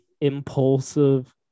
impulsive